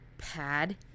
Pad